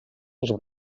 als